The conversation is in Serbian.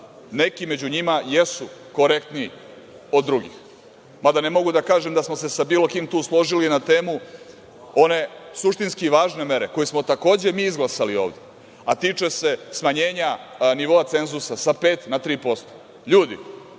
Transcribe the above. neki među njima jesu korektniji od drugih, mada ne mogu da kažem da smo se sa bilo kim tu složili na temu one suštinski važne mere, koju smo takođe mi izglasali ovde, a tiče se smanjenja nivoa cenzusa sa pet na tri